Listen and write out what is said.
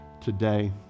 today